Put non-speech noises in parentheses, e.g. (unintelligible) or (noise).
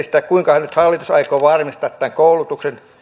(unintelligible) sitä kuinka hallitus nyt aikoo varmistaa tämän koulutuksen